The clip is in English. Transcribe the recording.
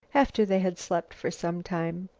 after they had slept for some time.